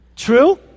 true